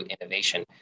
innovation